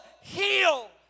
heal